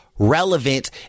relevant